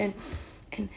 and